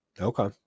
okay